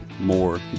more